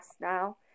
now